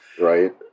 Right